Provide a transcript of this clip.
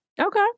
Okay